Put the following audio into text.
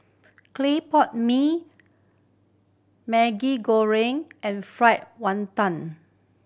clay pot mee Maggi Goreng and fried wanton